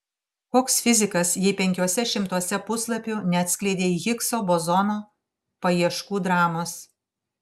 koks fizikas jei penkiuose šimtuose puslapių neatskleidei higso bozono paieškų dramos